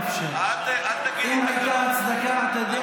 אל תבלבל לי תקנון, תקנון.